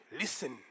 listen